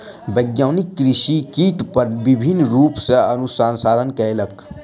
वैज्ञानिक कृषि कीट पर विभिन्न रूप सॅ अनुसंधान कयलक